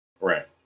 Right